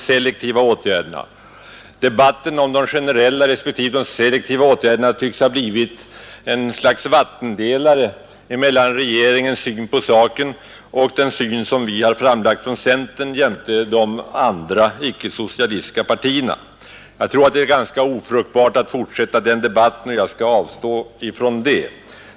Synen på generella respektive selektiva åtgärder tycks ha blivit ett slags vattendelare mellan regeringen och centerpartiet samt övriga icke socialistiska partier. Jag tror att det är ganska ofruktbart att fortsätta den debatten och skall därför avstå från det.